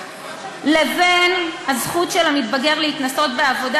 לבין הזכות של המתבגר להתנסות בעבודה